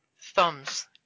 thumbs